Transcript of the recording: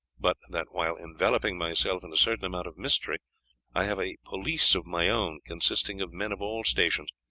but that while enveloping myself in a certain amount of mystery i have a police of my own consisting of men of all stations,